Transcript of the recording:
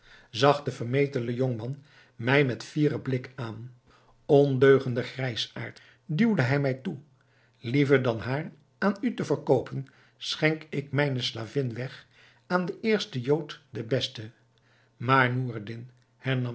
zag de vermetele jongman mij met fieren blik aan ondeugende grijsaard duwde hij mij toe liever dan haar aan u te verkoopen schenk ik mijne slavin weg aan den eersten jood den besten maar